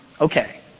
okay